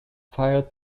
prior